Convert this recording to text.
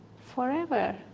forever